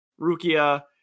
Rukia